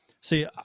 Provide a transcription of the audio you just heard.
see